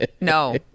no